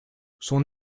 son